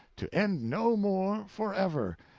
to end no more forever.